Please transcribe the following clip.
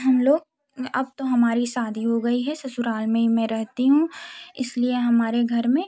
हम लोग अब तो हमारी शादी हो गई है ससुराल में ही मैं रहती हूँ इसलिए हमारे घर में